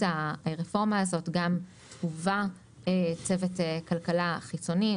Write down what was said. הרפורמה הזאת ובה צוות כלכלה חיצוני,